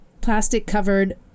plastic-covered